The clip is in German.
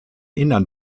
innern